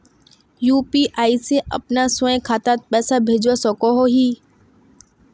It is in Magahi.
यु.पी.आई से अपना स्वयं खातात पैसा भेजवा सकोहो ही?